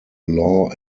law